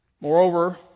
Moreover